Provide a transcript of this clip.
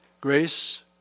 Grace